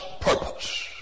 purpose